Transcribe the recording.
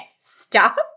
stop